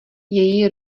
její